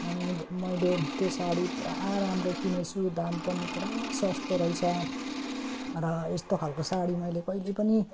अनि मैले त्यो साडी पुरा राम्रो किने छु दाम पनि पुरा सस्तो रहेछ र यस्तो खाले साडी मैले कहिले पनि